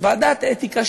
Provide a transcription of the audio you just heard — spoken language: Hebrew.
ועדת האתיקה,